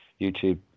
YouTube